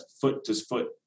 foot-to-foot